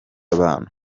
abantu